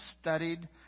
studied